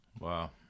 Wow